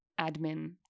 admin